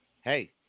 Hey